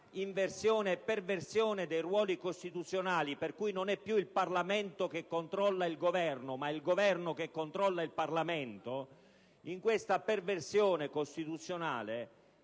inversione e perversione dei ruoli costituzionali, per cui non è più il Parlamento che controlla il Governo, ma è il Governo che controlla il Parlamento, ha scritto in